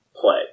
Play